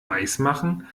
weismachen